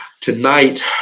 tonight